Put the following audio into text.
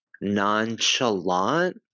nonchalant